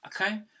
Okay